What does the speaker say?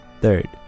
third